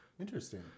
Interesting